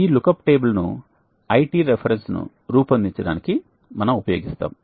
ఈ look up table ను IT రిఫరెన్స్ను రూపొందించడానికి మనం ఉపయోగిస్తాము